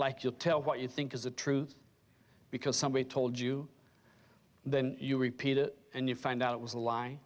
like you tell what you think is the truth because somebody told you then you repeat it and you find out it was a lie